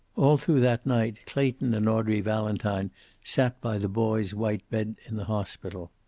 all through that night clayton and audrey valentine sat by the boy's white bed in the hospital.